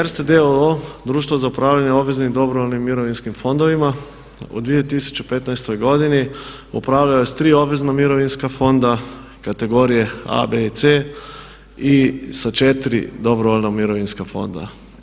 Erste d.o.o. društvo za upravljanje obveznim i dobrovoljnim mirovinskim fondovima u 2015.godini upravljao je s tri obvezna mirovinska fonda kategorije A, B i C i sa 4 dobrovoljna mirovinska fonda.